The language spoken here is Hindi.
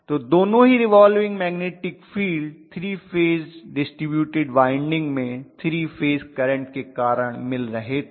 तो दोनों ही revolving magnetic field 3 phase distributed winding में करंट के कारण मिल रहे थे